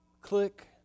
click